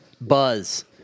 Buzz